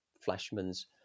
flashman's